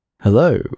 Hello